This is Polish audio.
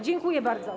Dziękuję bardzo.